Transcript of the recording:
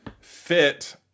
fit